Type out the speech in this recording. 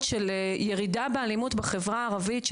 של ירידה של 40% באלימות בחברה הערבית.